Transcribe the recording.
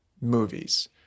movies